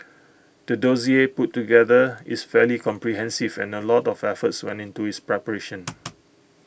the dossier put together is fairly comprehensive and A lot of effort went into its preparation